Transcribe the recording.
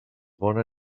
bona